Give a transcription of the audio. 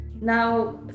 Now